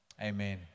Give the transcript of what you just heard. Amen